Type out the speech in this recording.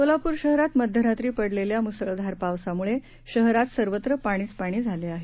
सोलापूर शहरात मध्यरात्री पडलेल्या मुसा घार पावसामुा शहरात सर्वत्र पाणीच पाणी झाले आहे